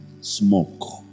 smoke